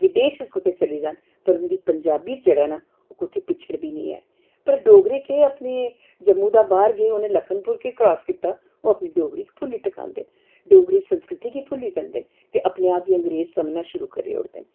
बदेश च कुतै चली जान पर उंदी पजांबी जेह्ड़ा ऐ कुतै पिछड़ी दी निं ऐ पर डोगरे केह् अपनी जम्मू दा बाह्र गे उ'नें लखनपुर के क्रास कीता ओह् अपनी डोगरी पुरी गै भुल्ली टकांदे डोगरी संस्कृति गी भुल्ली जंदे न ते अपने आप गी अंग्रेज समझना शुरू करी ओड़दे न